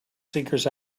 seekers